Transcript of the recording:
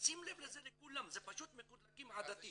תשים לב לזה לכולם, פשוט מקוטלגים עדתית.